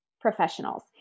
professionals